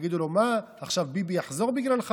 יגידו לו: מה, עכשיו ביבי יחזור בגללך.